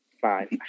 Five